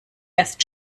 erst